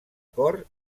cor